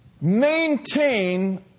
Maintain